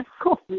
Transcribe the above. cool